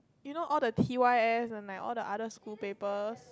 you know all the t_y_s and like all the other school papers